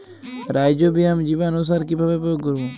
Rhizobium জীবানুসার কিভাবে প্রয়োগ করব?